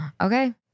Okay